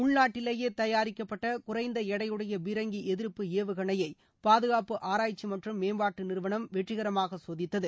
உள்நாட்டிலேயே தயாரிக்கப்பட்ட குறைந்த எடையுடைய பீரங்கி எதி்ய்பு ஏவுகணைய பாதுகாப்பு ஆராய்ச்சி மற்றும் மேம்பாட்டு நிறுவனம் வெற்றிகரமாக சோதித்தது